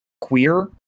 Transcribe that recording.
queer